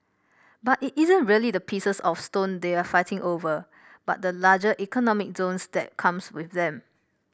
but it isn't really the pieces of stone they're fighting over but the larger economic zones that comes swith them